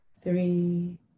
three